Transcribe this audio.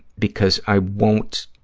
because i won't